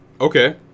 Okay